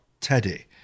Teddy